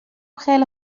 خیلی